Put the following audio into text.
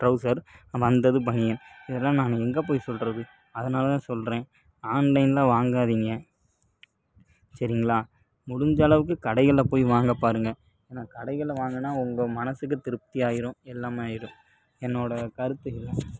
trouser வந்தது பனியன் இதெல்லாம் நான் எங்கே போய் சொல்கிறது அதனால தான் சொல்கிறேன் ஆன்லைனில் வாங்காதிங்க சரிங்களா முடிஞ்ச அளவுக்கு கடைகளில் போய் வாங்க பாருங்கள் ஏன்னா கடைகளில் வாங்கினா உங்க மனசுக்கு திருப்தி ஆயிடும் எல்லாம் ஆயிடும் என்னோட கருத்து இது தான்